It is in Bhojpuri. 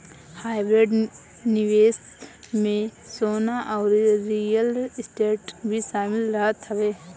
हाइब्रिड निवेश में सोना अउरी रियल स्टेट भी शामिल रहत हवे